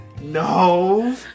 no